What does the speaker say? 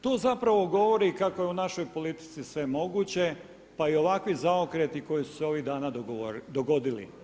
To zapravo govori kako je u našoj politici sve moguće pa i ovakvi zaokreti koji su se ovih dana dogodili.